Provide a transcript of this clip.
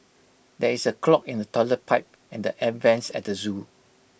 there is A clog in the Toilet Pipe and the air Vents at the Zoo